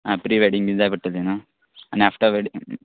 आ pre wedding बीन जाय पडटलें न्हू आनी आफ्टर वॅड